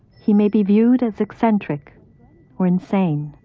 he may be viewed as eccentric or insane.